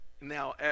Now